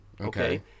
Okay